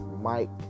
Mike